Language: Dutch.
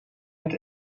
het